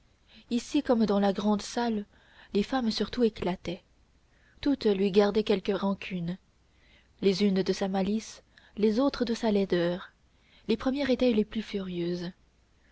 ici comme dans la grand salle les femmes surtout éclataient toutes lui gardaient quelque rancune les unes de sa malice les autres de sa laideur les dernières étaient les plus furieuses